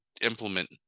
implement